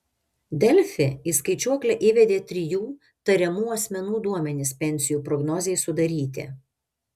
delfi į skaičiuoklę įvedė trijų tariamų asmenų duomenis pensijų prognozei sudaryti